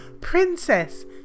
princess